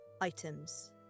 items